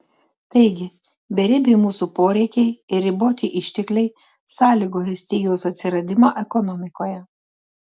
taigi beribiai mūsų poreikiai ir riboti ištekliai sąlygoja stygiaus atsiradimą ekonomikoje